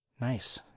Nice